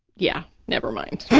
yeah, never mind.